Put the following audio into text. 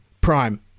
Prime